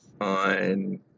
on